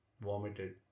Vomited